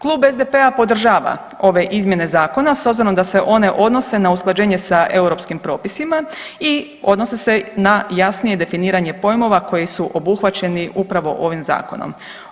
Klub SDP-a podržava ove izmjene zakona s obzirom da se one odnose na usklađenje sa europskim propisima i odnose se na jasnije definiranje pojmova koji su obuhvaćeni upravo ovim zakonom.